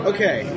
Okay